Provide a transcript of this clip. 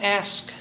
ask